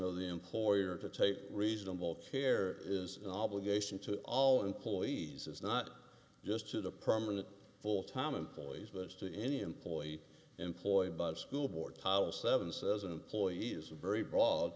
of the employer to take reasonable care is an obligation to all employees as not just to the permanent full time employees but as to any employee employed by the school board policy evans as an employee is a very broad